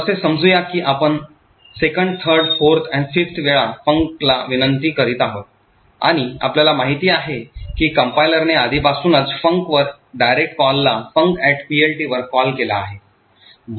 तर असे समजूया की आपण 2nd 3rd 4th or 5th वेळा func ला विनंती करीत आहोत आणि आपल्याला माहिती आहे की कंपाईलरने आधीपासूनच func वर direct कॉलला funcPLT वर कॉल केला आहे